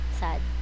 sad